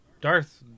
darth